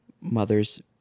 mother's